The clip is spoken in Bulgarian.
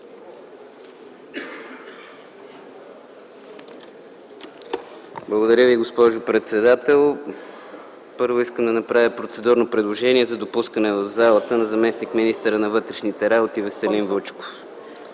Благодаря Ви, госпожо председател. Първо искам да направя процедурно предложение за допускане в залата на заместник-министъра на вътрешните работи Веселин Вучков.